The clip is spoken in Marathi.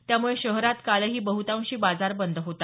त्यामुळे शहरात कालही बहुतांशी बाजार बंद होता